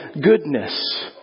goodness